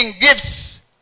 gifts